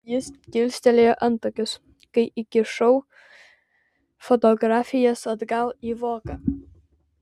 jis kilstelėjo antakius kai įkišau fotografijas atgal į voką